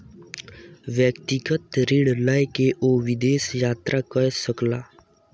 व्यक्तिगत ऋण लय के ओ विदेश यात्रा कय सकला